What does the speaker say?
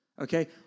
okay